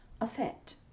affect